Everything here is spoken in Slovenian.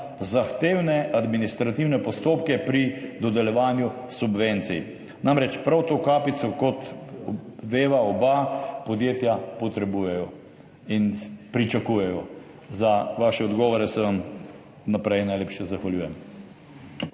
zahtevne administrativne postopke pri dodeljevanju subvencij? Namreč prav to kapico, kot veva oba, podjetja potrebujejo in pričakujejo. Za vaše odgovore se vam vnaprej najlepše zahvaljujem.